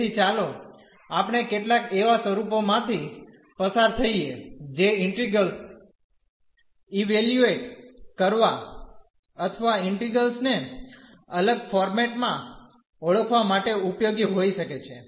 તેથી ચાલો આપણે કેટલાક એવા સ્વરૂપો માંથી પસાર થઈએ જે ઇન્ટિગ્રેલ્સ નું ઇવેલ્યુએટ કરવા અથવા ઇન્ટિગ્રેલ્સ ને અલગ ફોર્મેટ માં ઓળખવા માટે ઉપયોગી હોઈ શકે છે